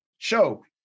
Show